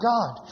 God